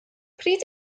pryd